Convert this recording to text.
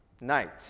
Night